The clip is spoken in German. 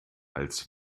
als